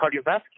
cardiovascular